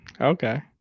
Okay